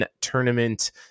tournament